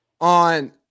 on